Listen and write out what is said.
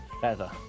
Feather